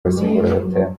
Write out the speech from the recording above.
abasimbura